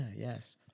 yes